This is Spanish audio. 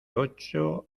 ocho